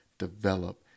develop